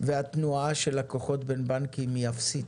והתנועה של לקוחות בין בנקים היא אפסית.